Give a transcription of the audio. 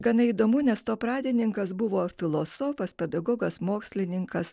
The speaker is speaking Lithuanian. gana įdomu nes to pradininkas buvo filosofas pedagogas mokslininkas